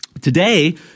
today